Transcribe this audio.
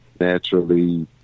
naturally